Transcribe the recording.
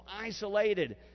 isolated